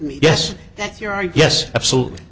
yes yes absolutely